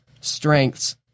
strengths